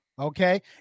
okay